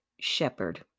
shepherd